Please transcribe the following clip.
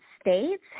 States